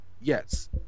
Yes